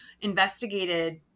investigated